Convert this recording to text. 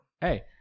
Hey